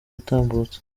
yatambutse